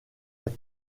être